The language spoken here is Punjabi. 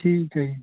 ਠੀਕ ਹੈ ਜੀ